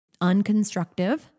unconstructive